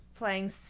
Playing